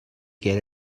get